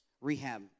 rehab